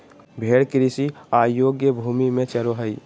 भेड़ कृषि अयोग्य भूमि में चरो हइ